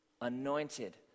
anointed